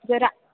जरा